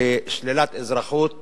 ששלילת אזרחות